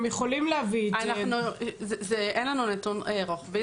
נתון רוחבי.